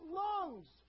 lungs